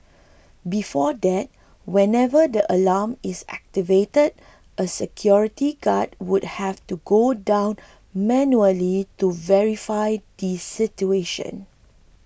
before that whenever the alarm is activated a security guard would have to go down manually to verify the situation